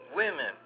women